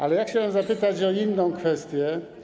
Ale chciałem zapytać o inną kwestię.